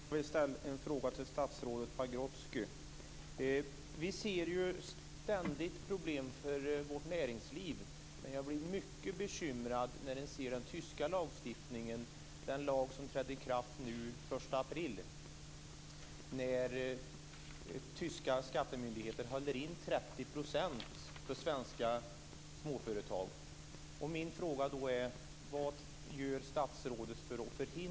Fru talman! Jag vill ställa en fråga till statsrådet Pagrotsky. Vi ser ju ständigt problem för vårt näringsliv. Men jag blir mycket bekymrad när jag ser på den tyska lagstiftningen, på den lag som trädde i kraft nu den 1 april. Den tyska skattemyndigheten håller in